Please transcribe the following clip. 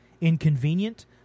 inconvenient